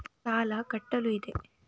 ಸಾಲ ಕಟ್ಟಲು ಇದೆ